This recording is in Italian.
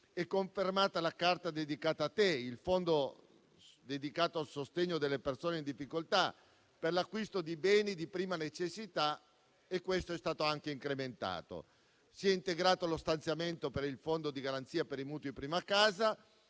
strumento Carta Dedicata a te, il cui relativo fondo, dedicato al sostegno delle persone in difficoltà per l'acquisto di beni di prima necessità, è stato anche incrementato. Si è integrato lo stanziamento per il Fondo di garanzia per i mutui sulla prima casa